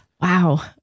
wow